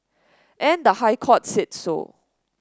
and the High Court said so